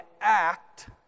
act